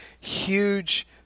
Huge